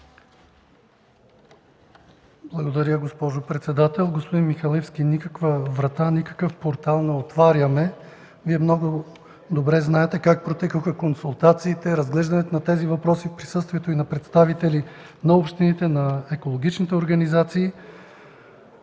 Благодаря, госпожо председател. Господин Михалевски, никаква врата, никакъв портал не отваряме. Вие много добре знаете как протекоха консултациите, разглеждането на тези въпроси в присъствието и на представители на общините, и на екологичните организации.